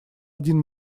один